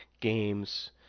games –